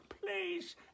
please